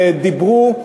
ודיברו,